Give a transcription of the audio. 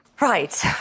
Right